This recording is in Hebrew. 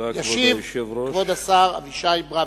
ישיב כבוד השר אבישי ברוורמן.